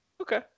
Okay